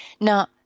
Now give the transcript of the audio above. Now